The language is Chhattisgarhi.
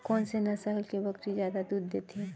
कोन से नस्ल के बकरी जादा दूध देथे